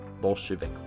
Bolshevik